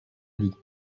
dit